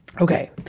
Okay